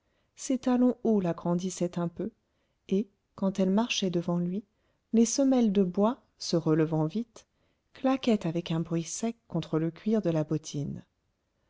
ses talons hauts la grandissaient un peu et quand elle marchait devant lui les semelles de bois se relevant vite claquaient avec un bruit sec contre le cuir de la bottine